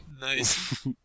Nice